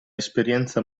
esperienza